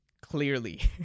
clearly